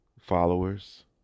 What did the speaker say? followers